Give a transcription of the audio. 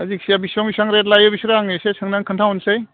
दा जेखिजाया बेसेबां बेसेबां रेद लायो बिसोरो आंनो एसे सोंनानै खिन्थाहरनोसै